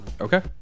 Okay